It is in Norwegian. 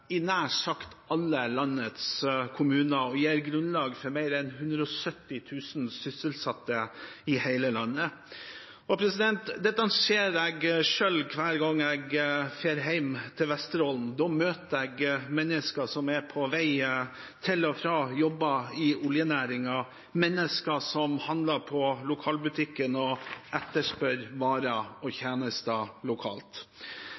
i nær sagt alle landets kommuner og gir grunnlag for mer enn 170 000 sysselsatte i hele landet. Dette ser jeg selv hver gang jeg reiser hjem til Vesterålen. Da møter jeg mennesker som er på vei til og fra jobb i oljenæringen, mennesker som handler på lokalbutikken og etterspør varer og tjenester lokalt.